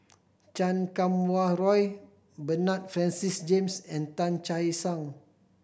Chan Kum Wah Roy Bernard Francis James and Tan Che Sang